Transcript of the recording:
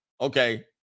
Okay